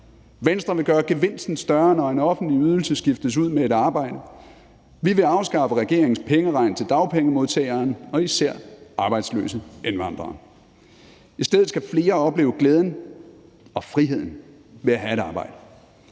Venstre vil gøre gevinsten større, når en offentlig ydelse skiftes ud med et arbejde. Vi vil afskaffe regeringens pengeregn til dagpengemodtageren og især arbejdsløse indvandrere. I stedet skal flere opleve glæden og friheden ved at have et arbejde.